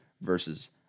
versus